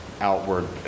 outward